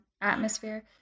atmosphere